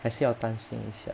还是要担心一下